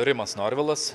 rimas norvilas